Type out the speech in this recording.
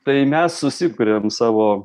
tai mes susikuriam savo